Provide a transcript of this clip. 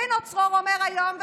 רינו צרור אמר היום,